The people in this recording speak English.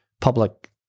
public